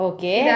Okay